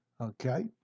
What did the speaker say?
Okay